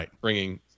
bringing